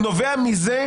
הוא נובע מזה,